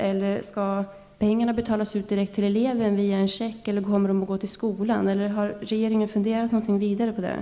Skall pengarna betalas ut direkt till eleven via en check eller kommer de att överföras till skolan? Har regeringen funderat vidare på detta?